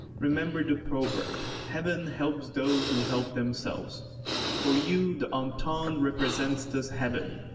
remember the proverb heaven helps those who help themselves for you, the entente represents this heaven.